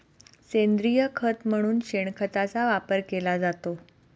सेंद्रिय खत म्हणून शेणखताचा वापर केला जातो